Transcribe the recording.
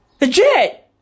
Legit